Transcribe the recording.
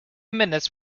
minutes